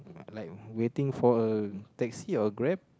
like waiting for a Taxi or Grab